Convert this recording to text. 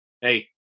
Hey